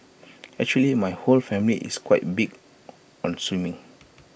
actually my whole family is quite big on swimming